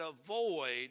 avoid